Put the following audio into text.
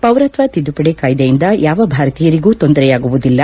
ಪೌರತ್ನ ತಿದ್ಗುಪಡಿ ಕಾಯ್ಲೆಯಿಂದ ಯಾವ ಭಾರತೀಯರಿಗೂ ತೊಂದರೆಯಾಗುವುದಿಲ್ಲ